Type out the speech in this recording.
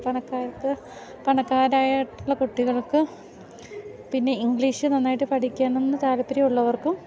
പണക്കാർക്ക് പണക്കാരായിട്ടുള്ള കുട്ടികൾക്ക് പിന്നെ ഇംഗ്ലീഷ് നന്നായിട്ട് പഠിക്കണമെന്നു താല്പര്യമുള്ളവർക്കും